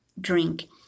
drink